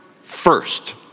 First